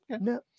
no